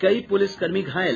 कई पुलिस कर्मी घायल